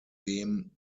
dem